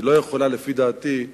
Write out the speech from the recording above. שלא יכולה, לפי דעתי,